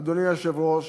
אדוני היושב-ראש,